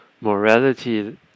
morality